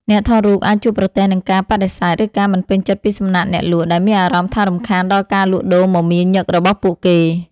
អ្នកថតរូបអាចជួបប្រទះនឹងការបដិសេធ ឬការមិនពេញចិត្តពីសំណាក់អ្នកលក់ ដែលមានអារម្មណ៍ថារំខានដល់ការលក់ដូរមមាញឹករបស់ពួកគេ។